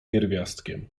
pierwiastkiem